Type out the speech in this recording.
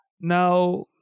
Now